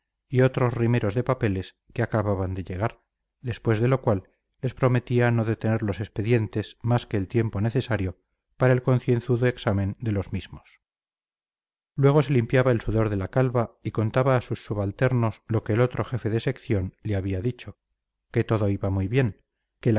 y otros rimeros de papeles que acababan de llegar después de lo cual les prometía no detener los expedientes más que el tiempo necesario para el